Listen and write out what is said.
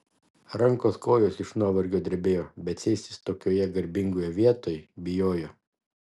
rankos kojos iš nuovargio drebėjo bet sėstis tokioje garbingoje vietoj bijojo